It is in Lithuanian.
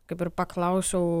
kaip ir paklausiau